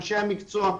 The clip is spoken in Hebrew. אנשי המקצוע,